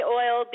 oil